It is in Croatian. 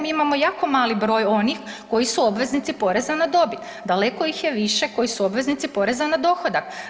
Mi imamo malo broj onih koji su obveznici poreza na dobit, daleko ih je više koji su obveznici poreza na dohodak.